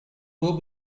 will